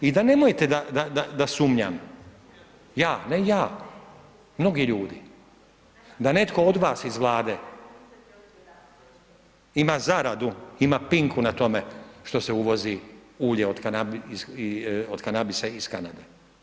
I da nemojte da sumnjam ja, ne ja mnogi ljudi, da netko od vas iz Vlade ima zaradu, ima pinku na tome što se uvozi ulje od kanabisa iz Kanade.